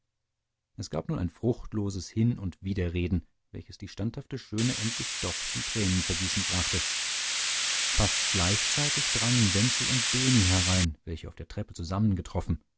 es gab nun ein fruchtloses hin und widerreden welches die standhafte schöne endlich doch zum tränenvergießen brachte fast gleichzeitig drangen wenzel und böhni herein welche auf der treppe zusammengetroffen